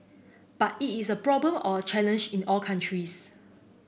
but it is a problem or a challenge in all countries